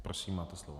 Prosím, máte slovo.